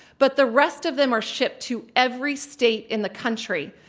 but the rest of them are shipped to every state in the country.